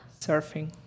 Surfing